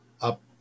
up